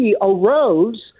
arose